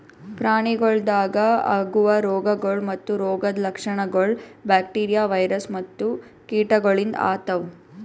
ಪ್ರಾಣಿಗೊಳ್ದಾಗ್ ಆಗವು ರೋಗಗೊಳ್ ಮತ್ತ ರೋಗದ್ ಲಕ್ಷಣಗೊಳ್ ಬ್ಯಾಕ್ಟೀರಿಯಾ, ವೈರಸ್ ಮತ್ತ ಕೀಟಗೊಳಿಂದ್ ಆತವ್